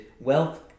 wealth